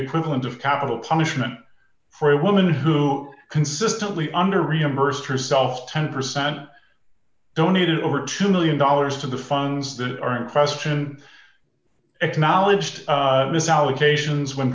equivalent of capital punishment for a woman who consistently under reimbursed herself ten percent donated over two million dollars to the funds that are in question acknowledged misallocations when